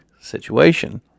situation